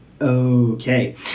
Okay